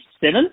seven